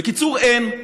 בקיצור, אין.